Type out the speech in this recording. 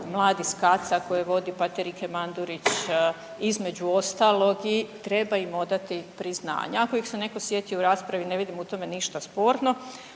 koje vodi pater Ike Mandurić između ostalog i treba im odati priznanja. Ako ih se netko sjetio u raspravi ne vidim u tome ništa sporno.